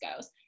goes